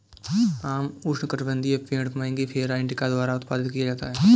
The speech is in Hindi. आम उष्णकटिबंधीय पेड़ मैंगिफेरा इंडिका द्वारा उत्पादित किया जाता है